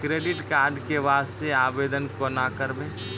Credit card के वास्ते आवेदन केना करबै?